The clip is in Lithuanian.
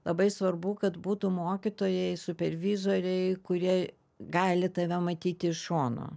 labai svarbu kad būtų mokytojai supervizoriai kurie gali tave matyti iš šono